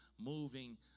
moving